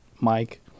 Mike